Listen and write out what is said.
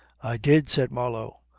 i did, said marlow,